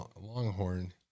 Longhorn